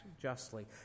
justly